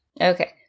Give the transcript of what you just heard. Okay